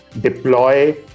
deploy